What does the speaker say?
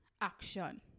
action